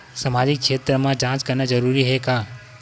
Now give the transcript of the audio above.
सामाजिक क्षेत्र म जांच करना जरूरी हे का?